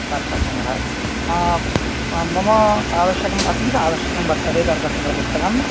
तर्कसङ्ग्रहः मम आवश्यकम् अतीव आवश्यकं वर्तते तर्कसङ्ग्रहस्य पुस्तकं